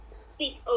speak